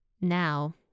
now